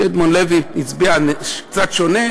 כשאדמונד לוי הצביע קצת שונה.